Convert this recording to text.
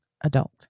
adult